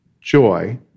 joy